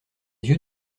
yeux